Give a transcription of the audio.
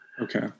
Okay